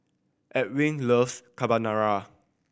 Edwin loves Carbonara